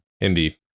Indeed